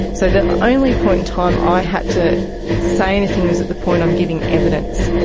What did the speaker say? so the only point in time i had to say anything was at the point i'm giving evidence.